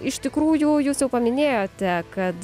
iš tikrųjų jūs jau paminėjote kad